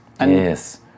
Yes